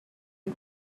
new